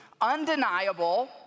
undeniable